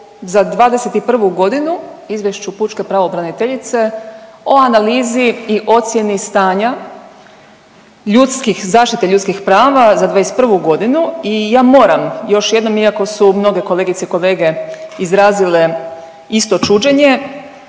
za 2021. godinu, izvješću pučke pravobraniteljice o analizi i ocjeni stanja ljudskih, zaštite ljudskih prava za 2021. godinu i ja moram još jednom iako su mnoge kolegice i kolege izrazile isto čuđenje